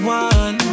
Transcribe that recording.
one